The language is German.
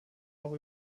auch